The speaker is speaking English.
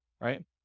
Right